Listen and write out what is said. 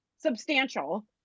substantial